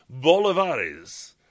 bolivares